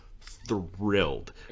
Thrilled